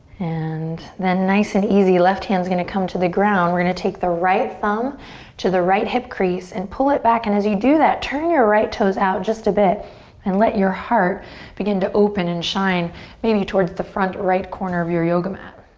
and then nice and easy, left hand's gonna come to the ground. we're gonna take the right thumb to the right hip crease and pull it back and as you do that turn your right toes out just a bit and let your heart begin to open and shine maybe towards the front right corner of your yoga mat.